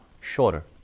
shorter